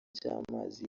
cy’amazi